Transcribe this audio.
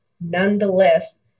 Nonetheless